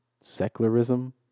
Secularism